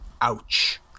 Ouch